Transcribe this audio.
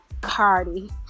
Cardi